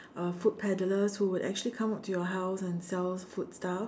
uh food peddlers that would come up to your house and sell food stuff